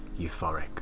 euphoric